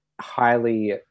highly